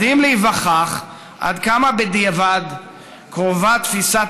מדהים להיווכח עד כמה בדיעבד קרובה תפיסת